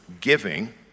giving